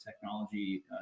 technology